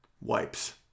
wipes